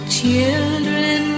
children